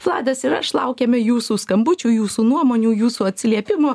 vladas ir aš laukiame jūsų skambučių jūsų nuomonių jūsų atsiliepimų